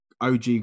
OG